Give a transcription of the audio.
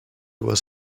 was